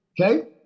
okay